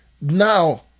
now